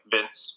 Vince